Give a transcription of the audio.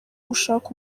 gushaka